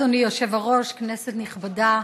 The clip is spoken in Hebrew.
אדוני היושב-ראש, כנסת נכבדה,